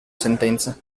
sentenza